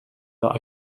that